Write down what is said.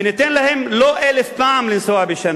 וניתן להם לנסוע לא 1,000 פעם בשנה,